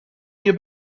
you